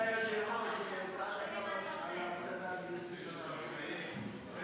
הסתייגות 19 לא נתקבלה.